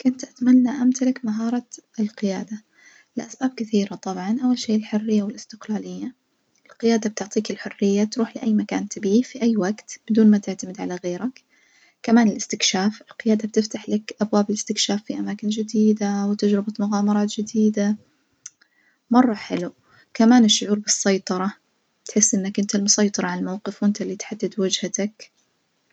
كنت أتمنى أمتلك مهارة القيادة لأسباب كثيرة طبعًا، أول شي الحرية والاستقلالية، القيادة بتعطيك الحرية تروح لأي مكان تبيه في أي وجت بدون ما تعتمد على غيرك، كمان الاستكشاف القيادة بتفتح لك أبواب الاستكشاف في أماكن جديدة وتجربة مغامرات جديدة، مرة حلو، كمان الشعور بالسيطرة تحس إنك أنت المسيطر على الموقف وانت التحدد وجهتك.